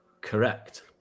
correct